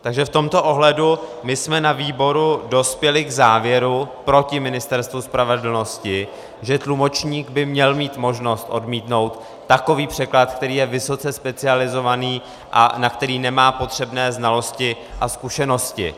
Takže v tomto ohledu jsme na výboru dospěli k závěru proti Ministerstvu spravedlnosti, že tlumočník by měl mít možnost odmítnout takový překlad, který je vysoce specializovaný a na který nemá potřebné znalosti a zkušenosti.